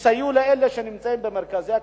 ויסייעו לאלה שנמצאים במרכזי הקליטה,